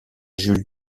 jules